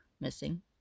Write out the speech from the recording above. missing